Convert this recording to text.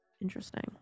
interesting